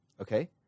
okay